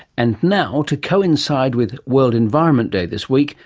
and now, to coincide with world environment day this week,